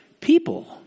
people